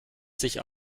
sich